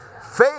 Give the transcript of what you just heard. Faith